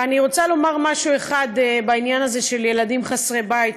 אני רוצה לומר משהו אחד בעניין הזה של ילדים חסרי בית,